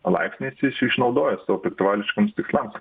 laipsnį jis jis išnaudoja savo piktavališkiems tikslams